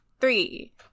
three